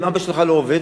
אם אבא שלך לא עובד,